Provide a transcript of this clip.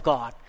God